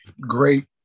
great